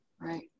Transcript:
Right